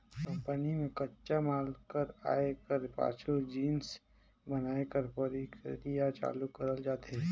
company में कच्चा माल कर आए कर पाछू जिनिस बनाए कर परकिरिया चालू करल जाथे